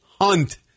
Hunt